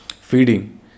feeding